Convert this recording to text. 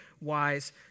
wise